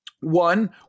one